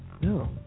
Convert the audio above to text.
No